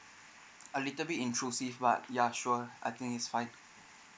a little bit intrusive but ya sure I think it's fine